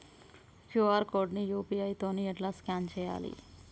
QR code ని UPI తోని ఎట్లా స్కాన్ చేయాలి?